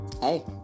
hey